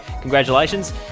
congratulations